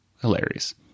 hilarious